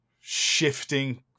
shifting